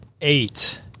eight